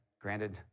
Granted